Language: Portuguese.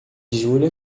julho